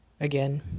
Again